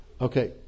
Okay